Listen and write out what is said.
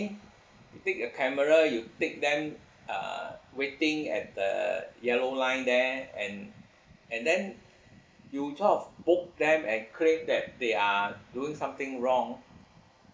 you take a camera you take them uh waiting at the yellow line there and and then you kind of book them and claim that they are doing something wrong